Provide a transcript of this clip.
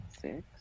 Six